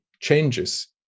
changes